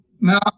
Now